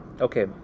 okay